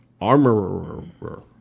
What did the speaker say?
armorer